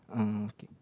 um okay